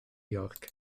york